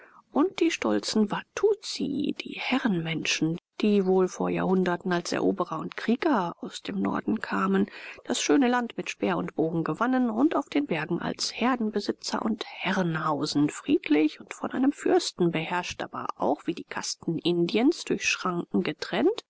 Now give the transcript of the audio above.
und die stolzen watussi die herrenmenschen die wohl vor jahrhunderten als eroberer und krieger aus dem norden kamen das schöne land mit speer und bogen gewannen und auf den bergen als herdenbesitzer und herren hausen friedlich und von einem fürsten beherrscht aber auch wie die kasten indiens durch schranken getrennt